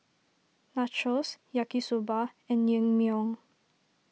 Nachos Yaki Soba and Naengmyeon